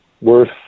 worth